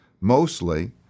mostly